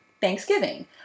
thanksgiving